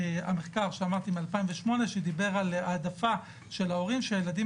המחקר שאמרתי מ-2008 שמדבר על העדפה של ההורים שהילדים